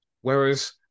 Whereas